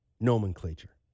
nomenclature